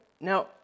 now